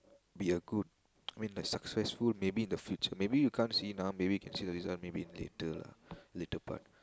be a good I mean a successful maybe in the future maybe you can't see now maybe you can see the result maybe later lah later part